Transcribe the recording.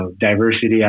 diversity